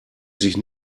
sich